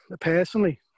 personally